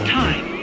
time